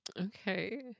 Okay